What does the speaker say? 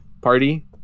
party